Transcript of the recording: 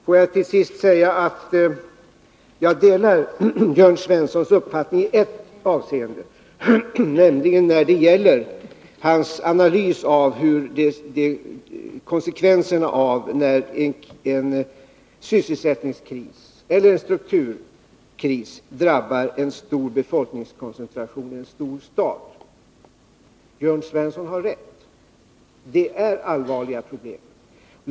Får jag till sist säga att jag delar Jörn Svenssons uppfattning i ett avseende, nämligen när det gäller hans analys av konsekvenserna när en sysselsättningskris eller en strukturkris drabbar en stor befolkningskoncentration eller en stor stad. Jörn Svensson har rätt: det är allvarliga problem.